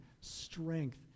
strength